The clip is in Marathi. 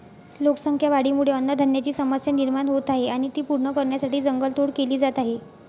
लोकसंख्या वाढीमुळे अन्नधान्याची समस्या निर्माण होत आहे आणि ती पूर्ण करण्यासाठी जंगल तोड केली जात आहे